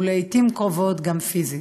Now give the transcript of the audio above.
ולעיתים קרובות גם פיזית.